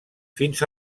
fins